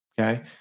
Okay